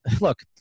look